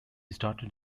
started